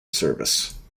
service